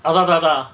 அதா ததா:atha thathaa